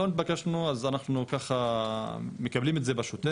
לא התבקשנו, אז אנחנו ככה מקבלים את זה בשוטף.